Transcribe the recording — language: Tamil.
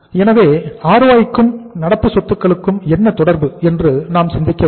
எனவே ROI க்கும் நடப்பது சொத்துக்களுக்கும் என்ன தொடர்பு என்று நாம் சிந்திக்க வேண்டும்